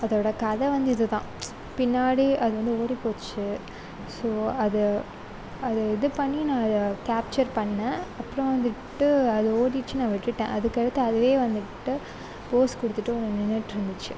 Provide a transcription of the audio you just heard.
அதோட கதை வந்து இதுதான் பின்னாடி அது வந்து ஓடிப்போச்சு ஸோ அது அதை இது பண்ணி நான் கேப்ச்சர் பண்ணேன் அப்புறோம் வந்துவிட்டு அது ஓடிச்சு நான் விட்டுட்டேன் அதக்கடுத்து அதுவே வந்துவிட்டு போஸ் கொடுத்துட்டு ஒன்று நின்னுட்யிருந்துச்சு